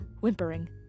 whimpering